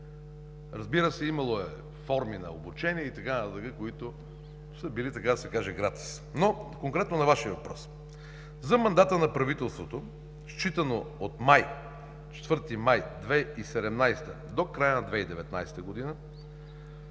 Разбира се, имало е форми на обучение и така нататък, които са били, така да се каже, гратис. Но конкретно на Вашия въпрос. За мандата на правителството, считано от 4 май 2017 г. до края на 2019 г.,